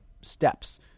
steps